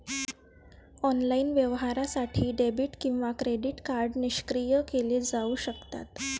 online व्यवहारासाठी debit किंवा credit card निष्क्रिय केले जाऊ शकतात